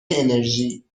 انرژی